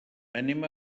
anem